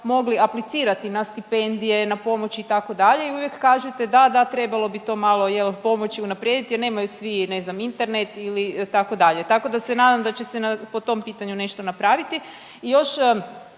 mogli aplicirati na stipendije, na pomoć itd. i uvijek kažete da, da trebalo bi to malo jel pomoći i unaprijediti jer nemaju svi ne znam internet ili tako dalje. Tako da se nadam da će se po tom pitanju nešto napraviti.